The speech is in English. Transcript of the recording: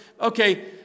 Okay